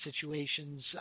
situations